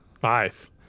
Five